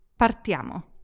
Partiamo